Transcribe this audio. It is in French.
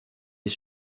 est